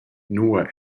nua